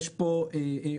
יש פה אופניים,